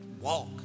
Walk